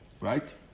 right